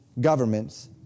governments